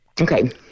Okay